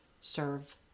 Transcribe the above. serve